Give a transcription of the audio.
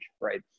right